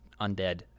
undead